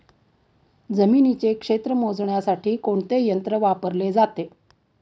जमिनीचे क्षेत्र मोजण्यासाठी कोणते यंत्र वापरले जाते?